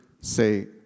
say